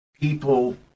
people